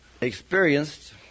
experienced